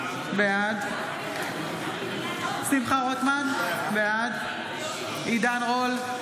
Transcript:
בעד שמחה רוטמן, בעד עידן רול,